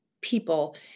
people